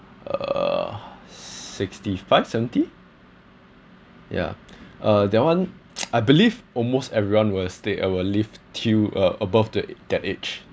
uh sixty five seventy ya ah that one I believe almost everyone will stay uh will live till uh above the that age